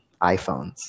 iPhones